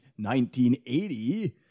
1980